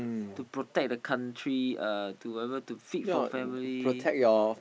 to protect our country uh to whatever to feed for family